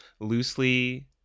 loosely